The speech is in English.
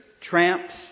tramps